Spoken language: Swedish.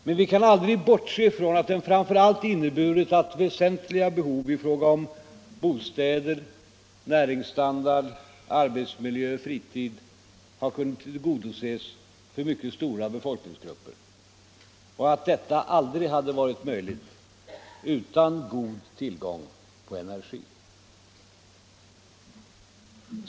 Men vi kan aldrig bortse från att den framför allt inneburit att väsentliga behov i fråga om bostäder, näringsstandard, arbetsmiljö, fritid, har kunnat tillgodoses för mycket stora befolkningsgrupper och att detta aldrig hade varit möjligt utan god tillgång på energi.